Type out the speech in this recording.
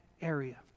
area